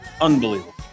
Unbelievable